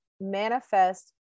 manifest